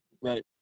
Right